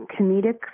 comedic